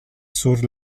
sur